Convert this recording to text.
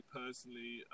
personally